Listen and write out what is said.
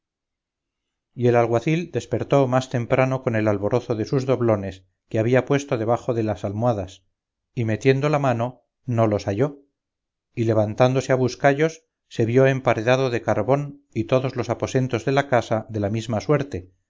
y el alguacil despertó más temprano con el alborozo de sus doblones que había puesto debajo de las almohadas y metiendo la mano no los halló y levantándose a buscallos se vió emparedado de carbón y todos los aposentos de la casa de la misma suerte